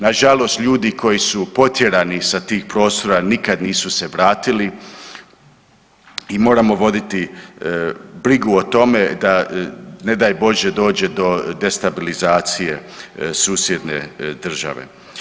Nažalost ljudi koji su potjerani sa tih prostora nikad nisu se vratili i moramo voditi brigu o tome da ne daj Bože dođe do destabilizacije susjedne države.